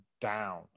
down